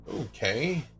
Okay